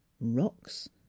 rocks